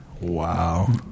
Wow